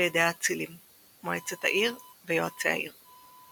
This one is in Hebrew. ידי האצילים מועצת העיר ויועצי העיר.